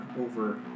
over